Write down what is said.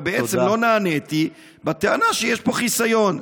ובעצם לא נעניתי בטענה שיש פה חיסיון.